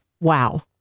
wow